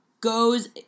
goes